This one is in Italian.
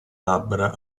labbra